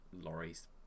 lorries